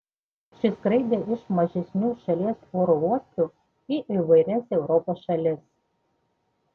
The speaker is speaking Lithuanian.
ši skraidė iš mažesnių šalies oro uostų į įvairias europos šalis